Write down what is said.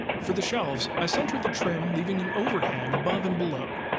for the shelves, i centered the trim, leaving an overhang above and below.